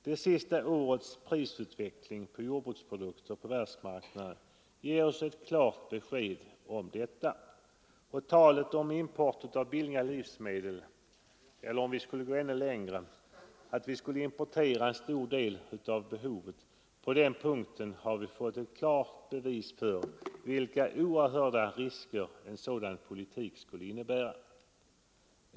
Det senaste årets prisutveckling på jordbruksprodukter på världsmarknaden ger oss klart besked om att en import av billiga livsmedel, eller, om vi skulle gå ännu längre och importera en stor del av vårt behov av livsmedel, utgör ett klart bevis för de oerhörda risker en sådan politik skulle innebära.